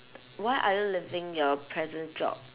why are you leaving your present job